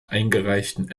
eingereichten